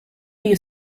you